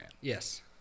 Yes